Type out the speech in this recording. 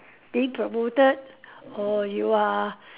being promoted or you are